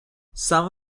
some